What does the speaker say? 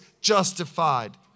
justified